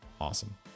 Awesome